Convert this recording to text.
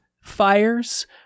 fires